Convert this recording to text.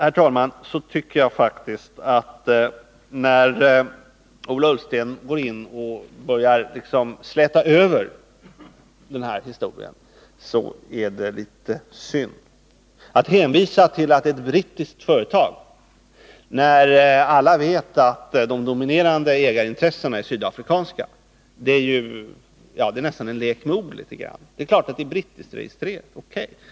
Jag tycker det är litet synd att Ola Ullsten försöker släta över den här historien. Han hänvisar till att det är ett brittiskt företag, när alla vet att de dominerande ägarintressena är sydafrikanska. Det är en lek med ord när Ola Ullsten säger att företaget är brittiskregistrerat.